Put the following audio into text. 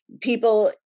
people